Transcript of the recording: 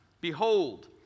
Behold